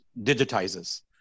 digitizes